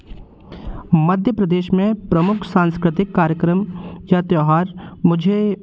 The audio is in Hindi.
मध्य प्रदेश में प्रमुख सांस्कृतिक कार्यक्रम या त्योहार मुझे